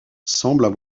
semblent